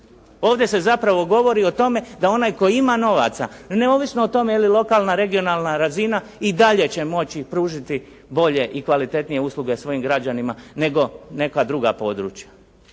Ovdje se zapravo govori o tome, da onaj tko ima novaca neovisno o tome jeli lokalna ili regionalna razina i dalje će moći pružiti boje i kvalitetnije usluge svojim građanima nego neka druga područja.